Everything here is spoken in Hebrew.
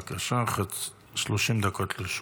בבקשה, 30 דקות לרשותך.